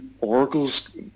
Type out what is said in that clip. Oracle's